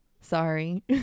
sorry